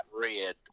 red